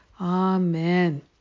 Amen